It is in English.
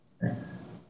Thanks